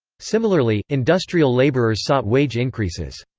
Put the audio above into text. similarly, industrial laborers sought wage increases.